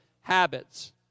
habits